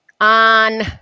On